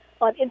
on